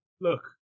look